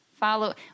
follow